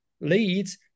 leads